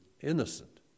innocent